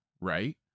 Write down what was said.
right